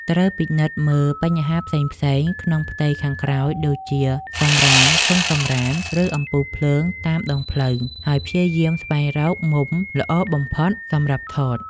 ត្រូវពិនិត្យមើលបញ្ហាផ្សេងៗក្នុងផ្ទៃខាងក្រោយ ដូចជា សំរាម ធុងសំរាម ឬ អំពូលភ្លើងតាមដងផ្លូវ ហើយព្យាយាមស្វែងរកមុំល្អបំផុតសម្រាប់ថត។